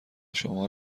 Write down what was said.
شما